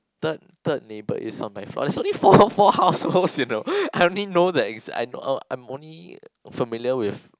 third third neighbour is on my floor there's only four four house you know I only know that it's I'm only familiar with